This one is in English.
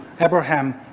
Abraham